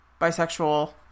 bisexual